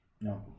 No